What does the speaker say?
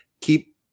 Keep